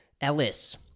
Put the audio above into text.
Ellis